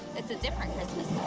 it's a different christmas,